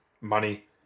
money